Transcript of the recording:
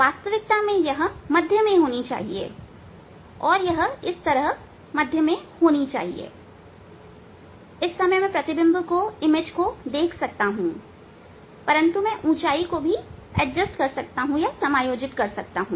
वास्तविकता में यह मध्य में होनी चाहिए और इस तरह से यहां मध्य में होनी चाहिए तो मैं प्रतिबिंब देख सकता हूं परंतु मैं ऊंचाई को भी समायोजित कर सकता हूं